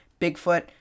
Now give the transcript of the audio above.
Bigfoot